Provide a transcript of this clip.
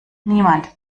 niemand